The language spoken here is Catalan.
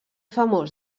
famós